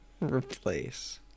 Replace